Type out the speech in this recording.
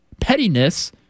pettiness